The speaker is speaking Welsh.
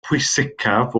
pwysicaf